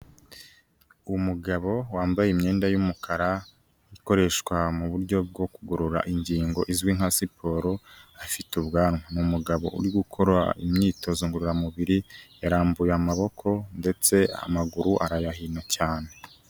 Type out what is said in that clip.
Umugabo wambaye imyenda y'umukara, ikoreshwa mu buryo bwo kugorora ingingo izwi nka siporo afite ubwanwa, ni umugabo uri gukora imyitozo ngororamubiri yarambuye amaboko ndetse amaguru arayahina cyane.